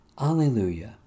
Alleluia